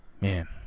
Man